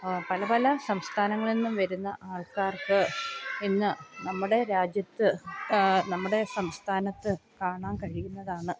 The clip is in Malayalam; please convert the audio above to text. പല പല സംസ്ഥാനങ്ങളിൽന്നും വരുന്ന ആൾക്കാർക്ക് ഇന്ന് നമ്മുടെ രാജ്യത്ത് നമ്മുടെ സംസ്ഥാനത്ത് കാണാൻ കഴിയുന്നതാണ്